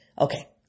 Okay